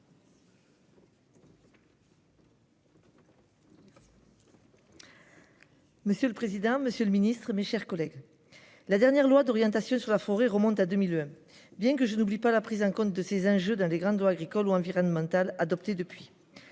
Monsieur le président, monsieur le ministre, mes chers collègues, la dernière loi d'orientation sur la forêt remonte à 2001, bien que je n'oublie pas la prise en compte de tels enjeux dans les grandes lois agricoles ou environnementales adoptées depuis.